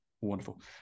wonderful